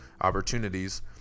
opportunities